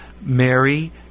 Mary